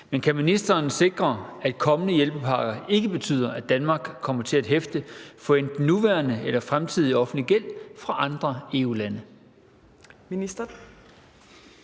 men kan ministeren sikre, at kommende hjælpepakker ikke betyder, at Danmark kommer til at hæfte for enten nuværende eller fremtidig offentlig gæld fra andre EU-lande?